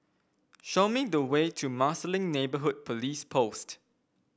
show me the way to Marsiling Neighbourhood Police Post